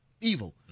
evil